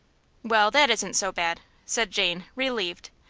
well, that isn't so bad! said jane, relieved.